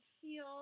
feel